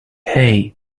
hay